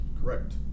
Correct